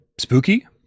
spooky